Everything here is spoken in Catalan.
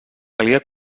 calia